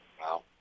Wow